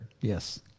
Yes